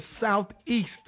Southeast